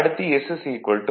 அடுத்து s 1